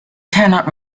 cannot